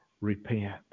repent